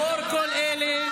לאור כל אלה,